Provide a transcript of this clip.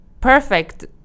perfect